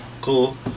cool